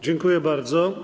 Dziękuję bardzo.